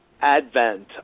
advent